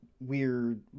weird